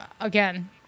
again